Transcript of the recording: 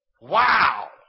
Wow